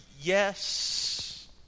yes